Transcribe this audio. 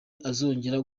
izongera